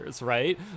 right